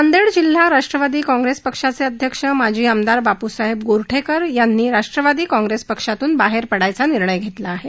नांदेड जिल्हा राष्ट्रवादी काँग्रेस पक्षाचे अध्यक्ष माजी आमदार बापूसाहेब गोरठेकर यांनी राष्ट्रवादी काँग्रेस पक्षातून बाहेर पडण्याचा निर्णय घेतला आहे